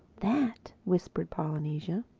that, whispered polynesia,